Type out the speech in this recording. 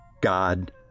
God